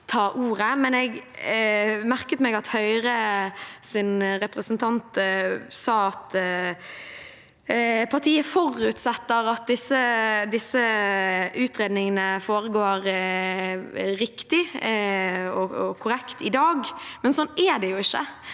Jeg merket meg at Høyres representant sa at partiet forutsetter at disse utredningene foregår riktig og korrekt i dag, men slik er det jo ikke.